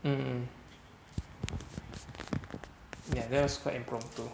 mm mm ya that's quite impromptu